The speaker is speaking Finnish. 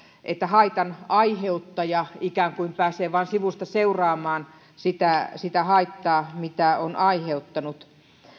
että haitan aiheuttaja ikään kuin pääsee vain sivusta seuraamaan sitä sitä haittaa mitä on aiheuttanut